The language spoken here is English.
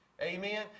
Amen